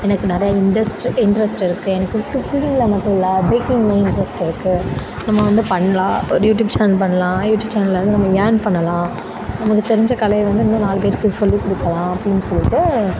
எனக்கு நிறையா interest interest இருக்குது எனக்கு குக்கிங்கில் மட்டும் இல்லை பேக்கிங்லேயும் இன்ட்ரஸ்ட் இருக்குது நம்ம வந்து பண்ணலாம் ஒரு யூடியூப் சேனல் பண்ணலாம் யூடியூப் சேனலில் வந்து நம்ம ஏர்ன் பண்ணலாம் அவங்களுக்கு தெரிஞ்ச கலையை வந்து இன்னும் நாலு பேருக்கு சொல்லி கொடுக்கலாம் அப்படின்னு சொல்லிவிட்டு